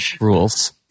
rules